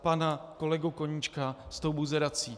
Pana kolegu Koníčka s buzerací.